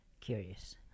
Curious